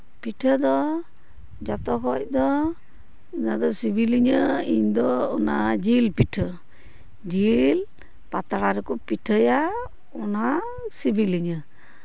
ᱯᱤᱴᱷᱟᱹ ᱫᱚ ᱡᱚᱛᱚ ᱠᱷᱚᱱ ᱫᱚ ᱚᱱᱟ ᱫᱚ ᱥᱤᱵᱤᱞᱤᱧᱟᱹ ᱤᱧ ᱫᱚ ᱚᱱᱟ ᱡᱤᱞ ᱯᱤᱴᱷᱟᱹ ᱡᱤᱞ ᱯᱟᱛᱲᱟ ᱨᱮᱠᱚ ᱯᱤᱴᱷᱟᱹᱭᱟ ᱚᱱᱟ ᱥᱤᱵᱤᱞᱤᱧᱟᱹ